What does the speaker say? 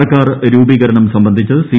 സർക്കാർ രൂപീകരണം സംബന്ധിച്ച് സി